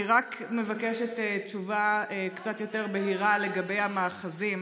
אני רק מבקשת תשובה קצת יותר בהירה לגבי המאחזים